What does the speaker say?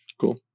Cool